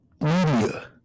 media